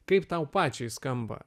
kaip tau pačiai skamba